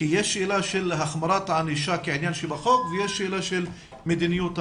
יש שאלה של החמרת הענישה כעניין שבחוק ויש שאלה של מדיניות הענישה.